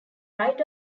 right